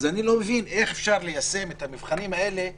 אני לא מבין איך אפשר ליישם את המבחנים האלה במציאות.